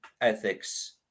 ethics